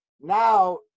now